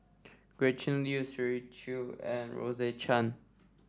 Gretchen Liu Shirley Chew and Rose Chan